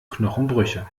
knochenbrüche